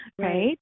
Right